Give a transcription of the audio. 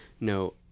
No